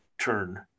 turn